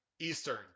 eastern